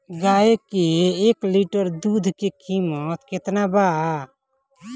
गाए के एक लीटर दूध के कीमत केतना बा?